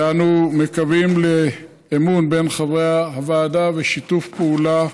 אנו מקווים לאמון בין חברי הוועדה ולשיתוף פעולה